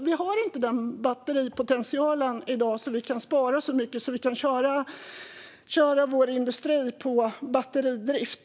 Vi har inte en sådan batteripotential i dag att vi kan spara så mycket och köra vår industri på batteridrift.